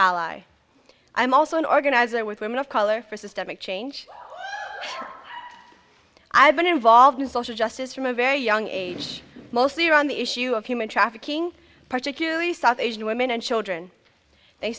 i'm also an organizer with women of color for systemic change i've been involved in social justice from a very young age mostly on the issue of human trafficking particularly south asian women and children they